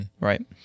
right